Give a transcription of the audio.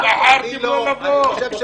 אני חושב שלא.